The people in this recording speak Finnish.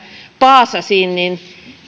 paasasin